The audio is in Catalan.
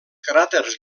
cràters